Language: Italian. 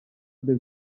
del